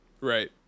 Right